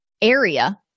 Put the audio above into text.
area